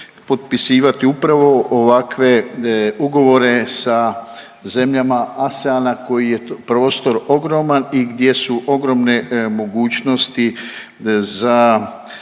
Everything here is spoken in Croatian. potpisivati upravo ovakve ugovore sa zemljama ASEAN-a koji je prostor ogroman i gdje su ogromne mogućnosti za